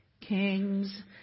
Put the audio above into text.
kings